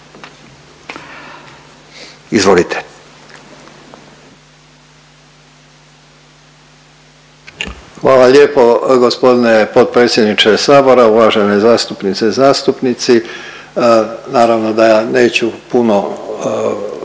(HDZ)** Hvala lijepo g. potpredsjedniče Sabora. Uvažene zastupnice i zastupnici. Naravno da neću puno